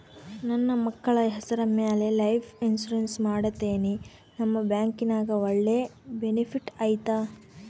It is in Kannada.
ನನ್ನ ಮಕ್ಕಳ ಹೆಸರ ಮ್ಯಾಲೆ ಲೈಫ್ ಇನ್ಸೂರೆನ್ಸ್ ಮಾಡತೇನಿ ನಿಮ್ಮ ಬ್ಯಾಂಕಿನ್ಯಾಗ ಒಳ್ಳೆ ಬೆನಿಫಿಟ್ ಐತಾ?